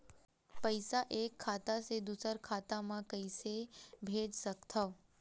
पईसा एक खाता से दुसर खाता मा कइसे कैसे भेज सकथव?